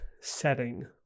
setting